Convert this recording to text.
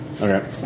Okay